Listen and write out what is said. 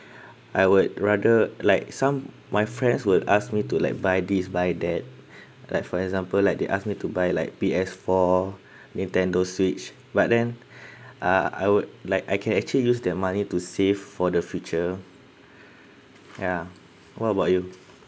I would rather like some my friends would ask me to like buy this buy that like for example like they ask me to buy like P_S four nintendo switch but then uh I would like I can actually use that money to save for the future ya what about you